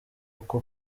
uko